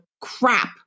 crap